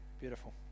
Beautiful